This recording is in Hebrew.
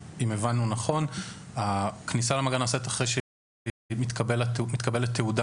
הכניסה למאגר נעשית אחרי שמתקבלת תעודה